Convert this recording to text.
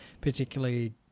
particularly